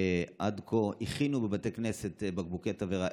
עד כה הכינו בבתי כנסת בקבוקי תבערה,